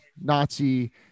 Nazi